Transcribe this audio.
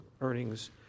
earnings